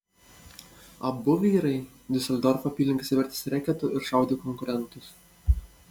abu vyrai diuseldorfo apylinkėse vertėsi reketu ir šaudė konkurentus